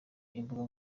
imbuga